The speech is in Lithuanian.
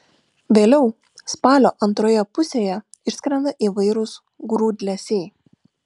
vėliau spalio antroje pusėje išskrenda įvairūs grūdlesiai